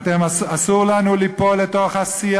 אסור לנו ליפול לתוך השיח,